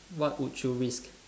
what would you risk